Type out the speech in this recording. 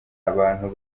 abantu